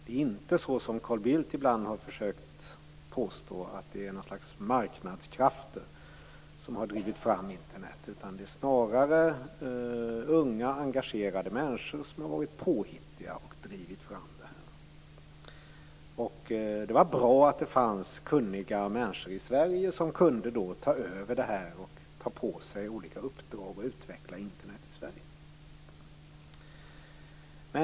Det är inte så som Carl Bildt ibland försökt påstå, nämligen att det är ett slags marknadskrafter som har drivit fram Internet. Snarare är det unga, engagerade människor som varit påhittiga och som har drivit fram detta. Det är bra att det fanns kunniga människor i Sverige som kunde ta över det här och som kunde ta på sig olika uppdrag och utveckla Internet i Sverige.